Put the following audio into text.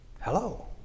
hello